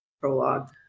prologue